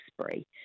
spree